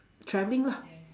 travelling lah